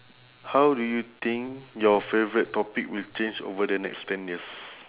how do you think your favourite topic will change over the next ten years